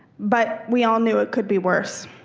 but we all knew it could be worse.